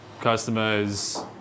customers